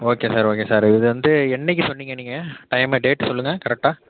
okay sir okay sir இது வந்து என்னைக்கு சொன்னிங்க நீங்கள் டைம்மை டேட் சொல்லுங்கள் கரெக்டாக